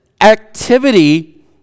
activity